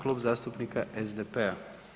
Klub zastupnika SDP-a.